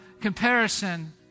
comparison